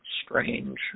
strange